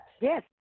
Yes